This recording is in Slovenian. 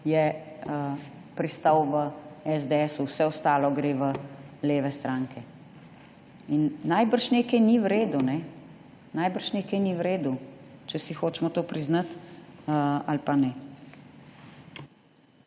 je pristal v SDS, vse ostalo gre v leve stranke. In najbrž nekaj ni v redu. Najbrž nekaj ni v redu, če si hočemo to priznati ali pa ne.